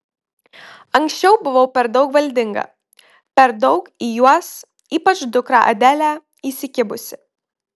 anksčiau buvau per daug valdinga per daug į juos ypač dukrą adelę įsikibusi